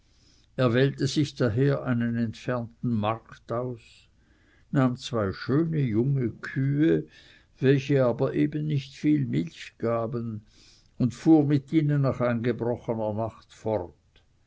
er wählte sich daher einen entfernten markt aus nahm zwei junge schöne kühe welche aber eben nicht viel milch gaben und fuhr mit ihnen nach eingebrochener nacht fort